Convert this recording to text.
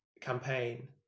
campaign